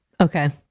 Okay